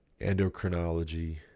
endocrinology